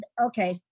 okay